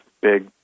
big